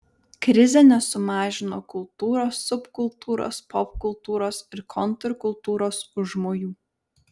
krizė nesumažino kultūros subkultūros popkultūros ir kontrkultūros užmojų